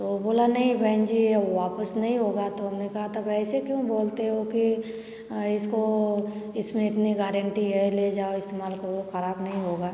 तो बोला नहीं बहन जी अब वापस नहीं होगा तो हमने कहा तब ऐसे क्यों बोलते हो कि इसको इसमें इतनी गारेंटी है ले जाओ इस्तेमाल करो खराब नहीं होगा